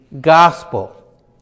gospel